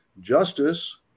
justice